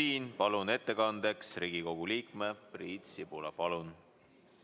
Siin palun ettekandjaks Riigikogu liikme Priit Sibula. Palun!